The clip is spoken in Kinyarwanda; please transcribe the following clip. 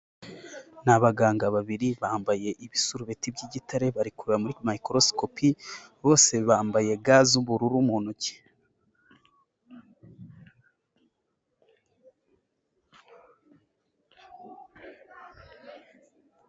Ni abaganga babiri, bambaye ibisurubeti by'igitare, bari kureba muri mayikorosikopi, bose bambaye ga z'ubururu mu ntoki.